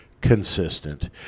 consistent